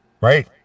right